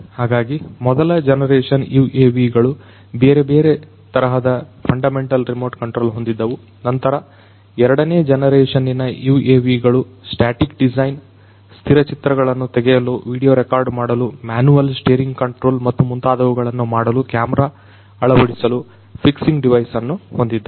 ಹಾಗಾಗಿ ಮೊದಲ generation UAV ಗಳು ಬೇರೆ ಬೇರೆ ತರಹದ ಫಂಡಮೆಂಟಲ್ ರಿಮೋಟ್ ಕಂಟ್ರೋಲ್ ಹೊಂದಿದ್ದವು ನಂತರ ಎರಡನೇ ಜನರೇಶನ್ನಿನ UAV ಗಳು ಸ್ಟ್ಯಾಟಿಕ್ ಡಿಸೈನ್ ಸ್ಥಿರ ಚಿತ್ರಗಳನ್ನು ತೆಗೆಯಲು ವಿಡಿಯೋ ರೆಕಾರ್ಡ್ ಮಾಡಲು ಮ್ಯಾನುಯೆಲ್ ಸ್ಟೇರಿಂಗ್ ಕಂಟ್ರೋಲ್ ಮತ್ತು ಮುಂತಾದವುಗಳನ್ನು ಮಾಡಲು ಕ್ಯಾಮರಾ ಅಳವಡಿಸಲು ಫಿಕ್ಸಿಂಗ್ ಡಿವೈಸ್ಅನ್ನು ಹೊಂದಿದ್ದವು